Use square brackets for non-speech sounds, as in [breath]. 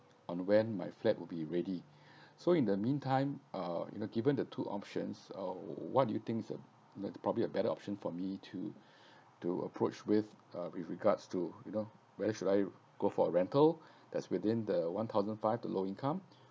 on when my flat would be ready [breath] so in the meantime uh in the given of two options uh what do you thinks uh like probably a better option for me to to approach with uh with regards to you know whether should I go for a rental that's within the one thousand five the low income